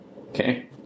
Okay